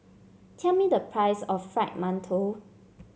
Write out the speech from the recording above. tell me the price of Fried Mantou